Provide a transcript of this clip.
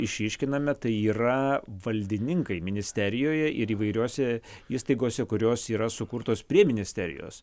išryškiname tai yra valdininkai ministerijoje ir įvairiose įstaigose kurios yra sukurtos prie ministerijos